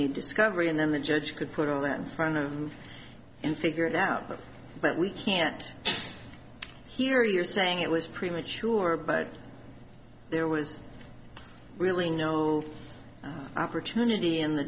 need discovery and then the judge could put all that in front of them and figure it out but we can't here you're saying it was premature but there was really no opportunity in the